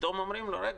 פתאום אומרים לו שהוא